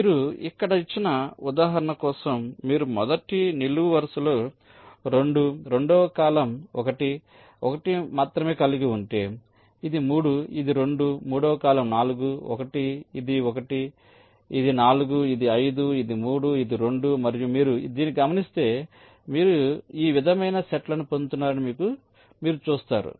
మీరు ఇక్కడ ఇచ్చిన ఉదాహరణ కోసం మీరు మొదటి నిలువు వరుసలో 2 రెండవ కాలమ్ 1 1 మాత్రమే కలిగి ఉంటే ఇది 3 ఇది 2 మూడవ కాలమ్ 4 1 ఇది 1 ఇది 4 ఇది 5 ఇది 3 ఇది 2 మరియు మీరు దీన్ని గమనిస్తే మీరు ఈ విధమైన సెట్లను పొందుతున్నారని మీరు చూస్తారు